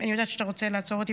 אני יודעת שאתה רוצה לעצור אותי,